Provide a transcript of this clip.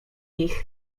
nich